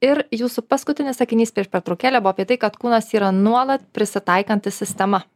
ir jūsų paskutinis sakinys prieš pertraukėlę buvo apie tai kad kūnas yra nuolat prisitaikanti sistema